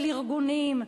של ארגונים,